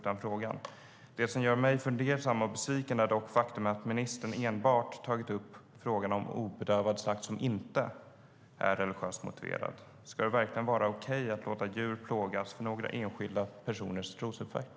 Det som gör mig fundersam och besviken är dock det faktum att ministern enbart har tagit upp frågan om obedövad slakt som inte är religiöst motiverad. Ska det verkligen vara okej att låta djur plågas för några enskilda personers trosuppfattning?